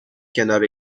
کنار